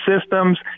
Systems